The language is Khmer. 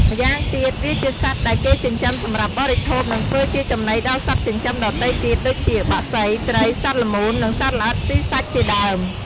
ម្យ៉ាងទៀត វាជាសត្វដែលគេចិញ្ចឹមសម្រាប់បរិភោគ និងធ្វើជាចំណីដល់សត្វចិញ្ចឹមដទៃទៀត ដូចជា បក្សី ត្រី សត្វល្មូន និងសត្វល្អិតស៊ីសាច់ជាដើម។